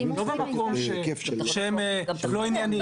לא במקום שהם לא ענייניים,